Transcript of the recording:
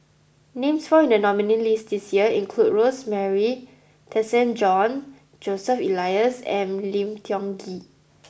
names found in the nominees' list this year include Rosemary Tessensohn Joseph Elias and Lim Tiong Ghee